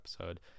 episode